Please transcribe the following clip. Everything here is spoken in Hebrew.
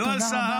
תודה רבה.